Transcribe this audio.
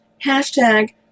hashtag